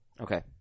Okay